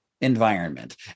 environment